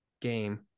game